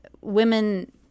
Women